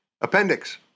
appendix